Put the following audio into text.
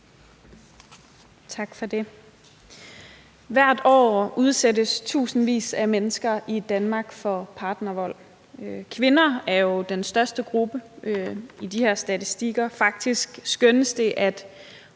Tak for det. Hvert år udsættes tusindvis af mennesker i Danmark for partnervold. Kvinder er jo den største gruppe i de her statistikker. Faktisk skønnes det, at